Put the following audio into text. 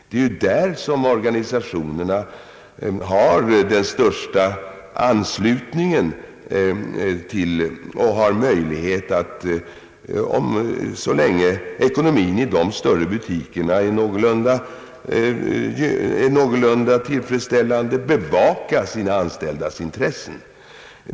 Det är i de större butikerna som organisationerna har den största anslutningen och alltså den bästa möjligheten att — så länge ekonomin i dessa butiker är någorlunda tillfredsställande — bevaka sina medlemmars intressen.